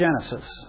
Genesis